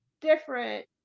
different